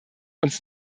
uns